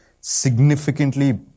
significantly